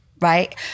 right